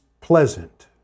pleasant